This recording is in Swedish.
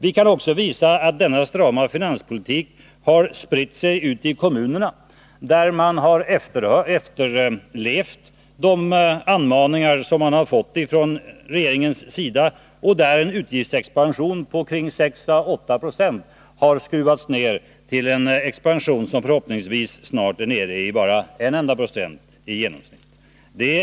Vi kan också visa att denna strama finanspolitik har spritt sig ut till kommunerna, där man har efterlevt de anmaningar som man har fått från regeringens sida och där en utgiftsexpansion på ca 6å8 96 har skruvats ner till en expansion som förhoppningsvis snart är nere i bara en enda procent i genomsnitt.